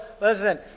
listen